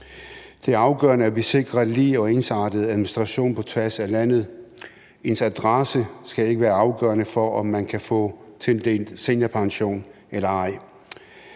Det er afgørende, at vi sikrer en lige og ensartet administration på tværs af landet. Ens adresse skal ikke være afgørende for, om man kan få tildelt seniorpension eller ej.